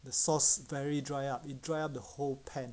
the sauce very dry up it dry up the whole pan